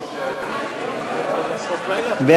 נתקבל.